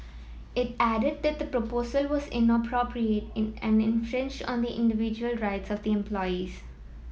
it added that the proposal was inappropriate in and infringed on the individual rights of the employees